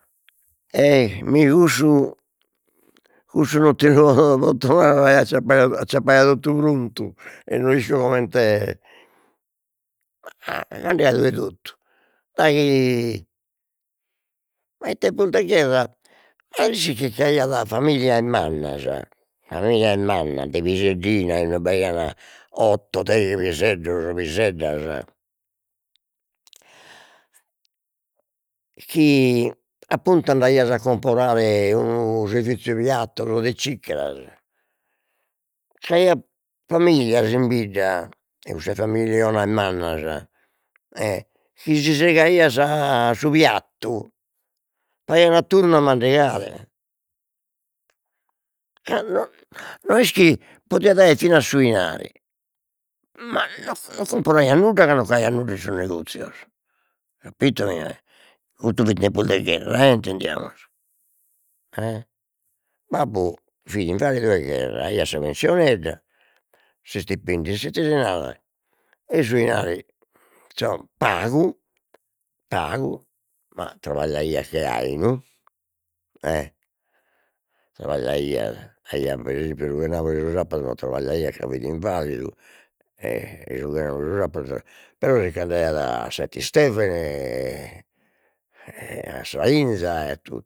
E mi cussu cussu non ti lu po- potto narrer acciappaia acciappaia totu prontu, e no isco comente mandigadu 'e tottu ma in tempus de gherra, a l'ischis chi c'aiat familias mannas familias mannas de piseddina, inue b'aiat otto deghe piseddos o piseddas, chi appuntu andaias a comporare unu selviziu 'e piattos o de ciccheras, c'aiat familias in bidda, de cussas familionas mannas, chi si segaias su piattu, faghian a turnu a mandigare cando no est chi podiat aer fina su 'inari ma non non comporaiat nudda, ca non c'aiat nudda in sos negozzios, capito mi hai. Custu fit tempus de gherra e intendiamoci e, babbu fit invalidu 'e gherra, aiat sa pensionedda, s'istipendiu in s'ite si narat e su 'inari pagu pagu, ma trabagliaiat che ainu trabagliaiat faghiat pre esempiu su chenabura e su sapadu non trabagliaiat ca fit invalidu e su chenabura e su sapadu però sicch'andaiat a se tiu Istevene e a sa 'inza e a totu